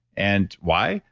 and why?